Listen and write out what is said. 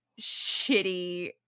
shitty